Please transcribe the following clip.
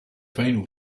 final